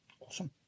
Awesome